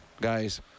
guys